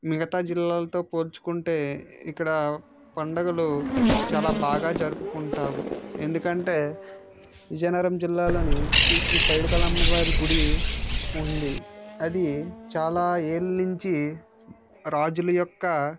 మిగతా జిల్లాలతో పోల్చుకుంటే ఇక్కడ పండుగలు చాలా బాగా జరుపుకుంటాము ఎందుకంటే విజయనగరం జిల్లాలోని శ్రీ శ్రీ పైడి తల్లి అమ్మవారి గుడి ఉంది అది చాలా ఏళ్ళ నుంచి రాజుల యొక్క